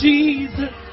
Jesus